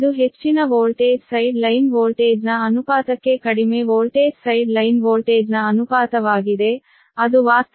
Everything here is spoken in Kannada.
ಇದು ಹೆಚ್ಚಿನ ವೋಲ್ಟೇಜ್ ಸೈಡ್ ಲೈನ್ ವೋಲ್ಟೇಜ್ನ ಅನುಪಾತಕ್ಕೆ ಕಡಿಮೆ ವೋಲ್ಟೇಜ್ ಸೈಡ್ ಲೈನ್ ವೋಲ್ಟೇಜ್ನ ಅನುಪಾತವಾಗಿದೆ ಅದು ವಾಸ್ತವವಾಗಿ 3 N1N2